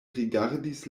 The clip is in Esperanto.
rigardis